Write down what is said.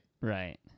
Right